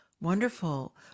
wonderful